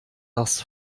das